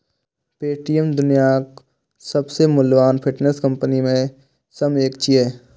Paytm दुनियाक सबसं मूल्यवान फिनटेक कंपनी मे सं एक छियै